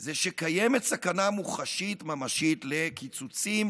זה שקיימת סכנה מוחשית ממשית לקיצוצים,